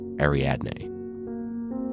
Ariadne